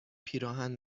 پیراهن